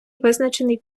визначений